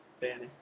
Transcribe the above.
Danny